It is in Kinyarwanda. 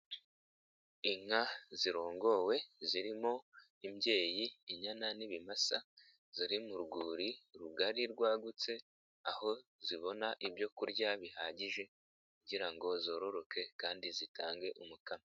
lnka zirongowe zirimo; imbyeyi, inyana ,n'ibimasa, ziri mu rwuri rugari rwagutse aho zibona ibyo kurya bihagije kugira ngo zororoke kandi zitange umukamo.